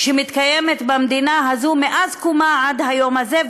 שמתקיימת במדינה הזו מאז קומה עד היום הזה,